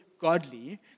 godly